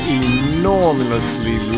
enormously